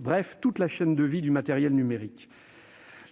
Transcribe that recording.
bref, toute la chaîne de vie du matériel numérique.